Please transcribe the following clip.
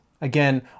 Again